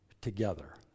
together